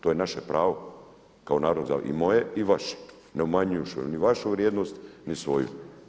To je naše pravo kao i moje i vaše, ne umanjujući ni vašu vrijednost ni svoju.